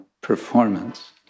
performance